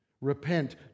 repent